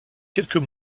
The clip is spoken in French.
quelques